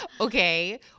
Okay